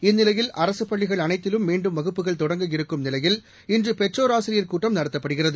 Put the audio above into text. இந்நிலையில் அரசு பள்ளிகள் அனைத்திலும் மீண்டும் வகுப்புகள் தொடங்கவிருக்கும் நிலையில் இன்று பெற்றோர் ஆசிரியர் கூட்டம் நடத்தப்படுகிறது